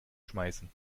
schmeißen